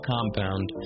Compound